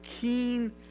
keen